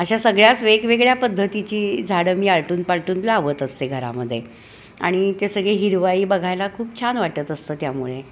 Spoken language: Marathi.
अशा सगळ्यात वेगवेगळ्या पद्धतीची झाडं मी आलटून पालटून लावत असते घरामध्ये आणि ते सगळे हिरवाई बघायला खूप छान वाटत असतं त्यामुळे